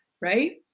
right